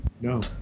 No